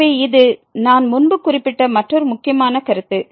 எனவே இது நான் முன்பு குறிப்பிட்ட மற்றொரு முக்கியமான கருத்து